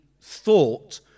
thought